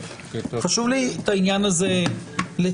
חשוב לי את העניין הזה לציין.